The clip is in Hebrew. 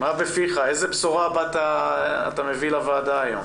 מה בפיך, איזו בשורה אתה מביא לוועדה היום?